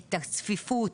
את הצפיפות,